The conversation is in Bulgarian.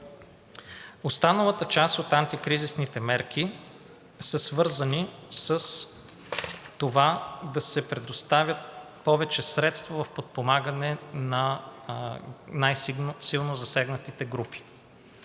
Останалата част от антикризисните мерки са свързани с това да се предоставят повече средства в подпомагане на най-силно засегнатите групи.